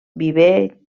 viver